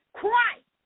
Christ